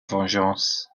vengeance